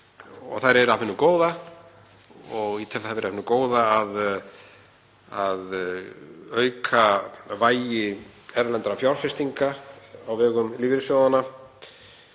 það vera af hinu góða að auka vægi erlendra fjárfestinga á vegum lífeyrissjóðanna.